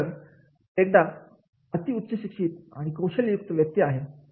कारण एकदा अति उच्च शिक्षित आणि कौशल्य युक्त व्यक्ती आहे